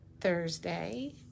Thursday